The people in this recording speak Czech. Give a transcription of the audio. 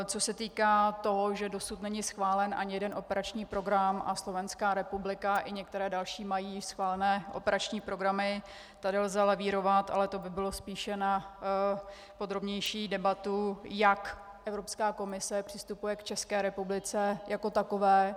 Co se týká toho, že dosud není schválen ani jeden operační program a Slovenská republika i některé další mají schválené operační programy, tady lze lavírovat, ale to by bylo spíše na podrobnější debatu, jak Evropská komise přistupuje k České republice jako takové.